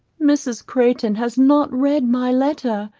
mrs. crayton has not read my letter.